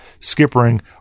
skippering